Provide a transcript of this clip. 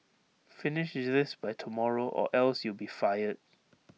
finish this by tomorrow or else you'll be fired